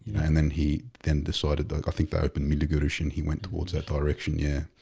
and then he then decided though i think that open media guru shin. he went towards that direction. yeah.